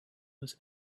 was